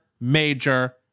major